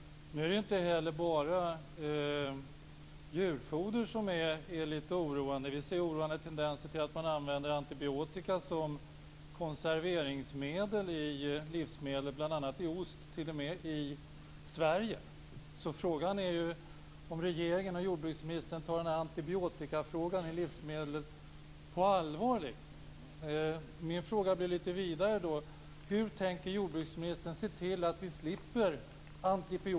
Nu är det lite oroande inte bara när det gäller djurfoder. Vi ser oroande tendenser till användning av antibiotika som konserveringsmedel i livsmedel, bl.a. i ost. Det sker t.o.m. i Sverige. Frågan är om regeringen och jordbruksministern tar frågan om antibiotika i livsmedel riktigt på allvar.